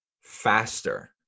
faster